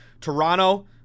Toronto